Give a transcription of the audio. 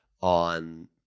on